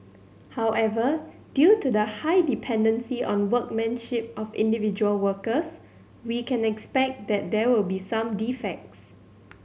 however due to the high dependency on workmanship of individual workers we can expect that there will be some defects